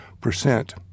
percent